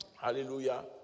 Hallelujah